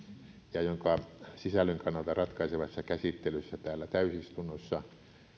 jonka sisällön kannalta ratkaisevassa käsittelyssä täällä täysistunnossa hallitus